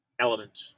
element